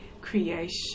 creation